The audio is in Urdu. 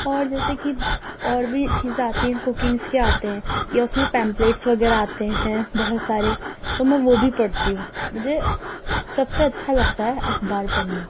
اور جیسے کہ اور بھی چیزیں آتی ہیں کوکنگس کے آتے ہیں یا اس میں پیمپلیٹس وغیرہ آتے ہیں بہت سارے تو میں وہ بھی پڑھتی ہوں مجھے سب سے اچھا لگتا ہے اخبار پڑھنا